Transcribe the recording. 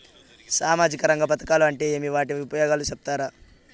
సామాజిక రంగ పథకాలు అంటే ఏమి? వాటి ఉపయోగాలు సెప్తారా?